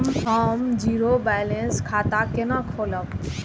हम zero balance खाता केना खोलाब?